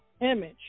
image